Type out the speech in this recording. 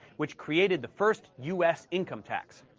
which created the first u s. income tax.